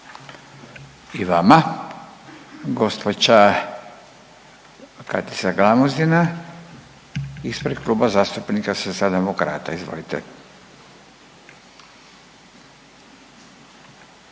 I vama. Gđa Katica Glamuzina ispred Kluba zastupnika Socijaldemokrata. Izvolite.